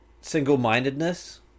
single-mindedness